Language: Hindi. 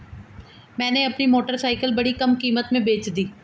मैंने अपनी मोटरसाइकिल बड़ी कम कीमत में बेंच दी